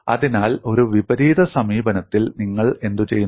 അതിനാൽ ഒരു വിപരീത സമീപനത്തിൽ നിങ്ങൾ എന്തുചെയ്യുന്നു